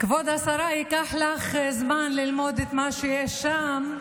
כבוד השרה, ייקח לך זמן ללמוד את מה שיש שם,